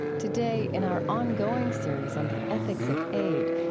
today, in our ongoing series on the ethics of aid,